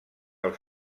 els